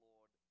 Lord